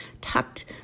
tucked